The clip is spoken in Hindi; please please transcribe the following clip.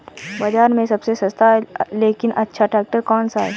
बाज़ार में सबसे सस्ता लेकिन अच्छा ट्रैक्टर कौनसा है?